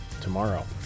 tomorrow